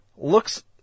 looks